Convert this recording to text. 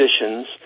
conditions